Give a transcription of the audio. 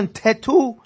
tattoo